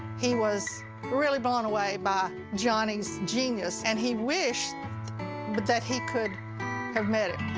he was really blown away by johnny's genius, and he wished but that he could have met him.